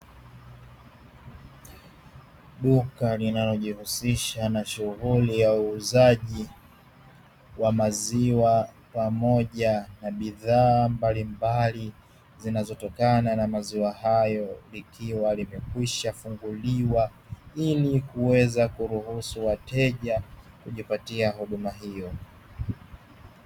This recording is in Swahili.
Duka linalojishugulisha na shughuli ya uuzaji wa maziwa pamoja na bidhaa mbalimbali zinazotokana na maziwa hayo, likiwa limekwisha funguliwa ili kuweza kuruhusu wateja kujipatia huduma hiyo.